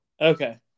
Okay